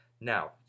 Now